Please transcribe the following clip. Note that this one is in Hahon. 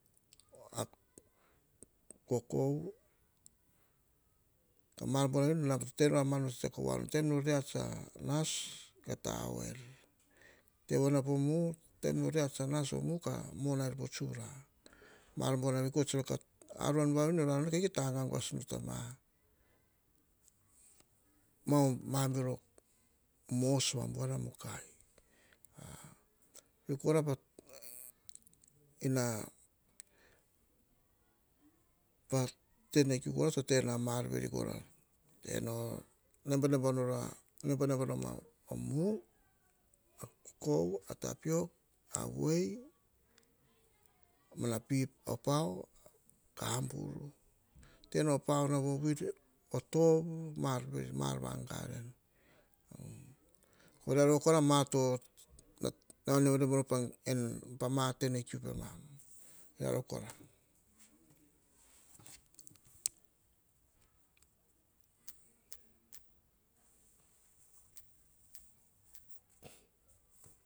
A kokou, a ma ar buar vere, to tena ama ar nor. Taim nor reats a nas, ka tao er. Te voa na po mu taim nor reats a nas o mu. Ka monai po tsura ma ar buar veri. Aruan buana vi nor amam nor, kita agaguas nor ta ma, bero mos va buar mukai. Vei kora, ina pa tene kiu, to tena ma ar vero kora, nebaneba nor omu, kokou, tapiok, a voi, mama pao, kaburu, tena o pauna vo vuiri o tovi, a ma ar va garen. Oyia roya kora, a ma ar nemam ao nebaneba noma en ma tenekiu pemom. Oiya rova kora.